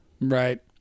Right